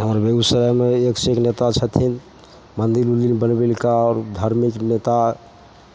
हमर बेगूसरायमे एकसे एक नेता छथिन मन्दिर उन्दिर बनबेलक आओर धार्मिक नेता